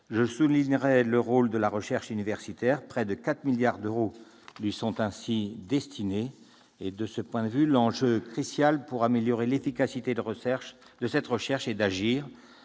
je soulignerai le rôle de la recherche universitaire. Près de 4 milliards d'euros lui sont destinés. L'enjeu crucial pour améliorer l'efficacité de cette recherche est d'agir